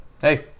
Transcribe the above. hey